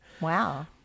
Wow